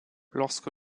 lorsque